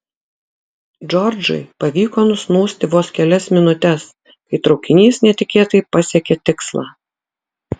džordžui pavyko nusnūsti vos kelias minutes kai traukinys netikėtai pasiekė tikslą